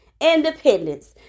independence